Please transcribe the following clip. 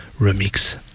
remix